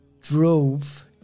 Drove